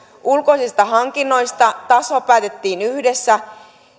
ulkoisista hankinnoista taso päätettiin yhdessä